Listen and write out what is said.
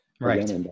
Right